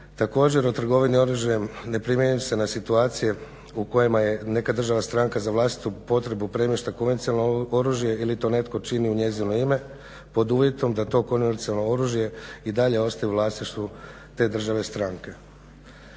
Također o trgovini oružjem ne primjenjuju se na situacije u kojima je neka država stranka za vlastitu potrebu premještala konvencionalno oružje ili to netko čini u njezino ime pod uvjetom da to konvencionalno oružje i dalje ostaje u vlasništvu te države stranke.